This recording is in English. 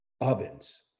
ovens